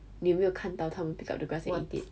你有没有看到他们 pick up the grass and eat it